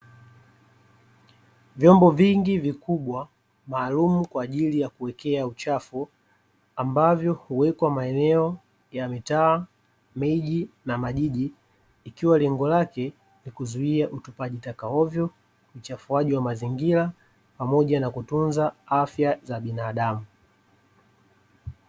Vyombo vingi vikubwa maalumu kwa ajili ya kuwekea uchafu ambavyo huwekwa maeneo ya mitaa, miji na majiji; ikiwa lengo lake ni kuzuia utupaji taka ovyo, uchafuaji wa mazingira na pamoja na kutunza afya za binadamu.